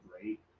great